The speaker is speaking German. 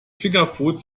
fingerfood